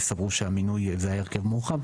זה היה הרכב מורחב,